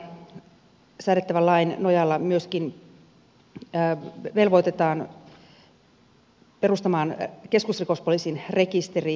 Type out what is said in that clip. todistajansuojeluohjelmasta säädettävän lain nojalla myöskin velvoitetaan perustamaan keskusrikospoliisin rekisteri